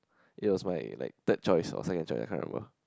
it was my like third choice or second choice I can't remember